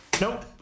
Nope